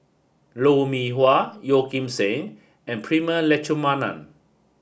Lou Mee Wah Yeo Kim Seng and Prema Letchumanan